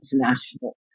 international